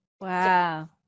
Wow